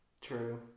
True